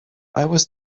was